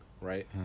Right